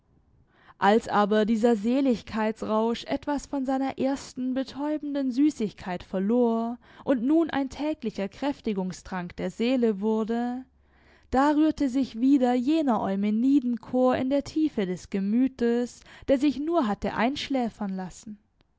als aber dieser seligkeitsrausch etwas von seiner ersten betäubenden süßigkeit verlor und nun ein täglicher kräftigungstrank der seele wurde da rührte sich wieder jener eumenidenchor in der tiefe des gemütes der sich nur hatte einschläfern lassen